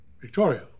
Victoria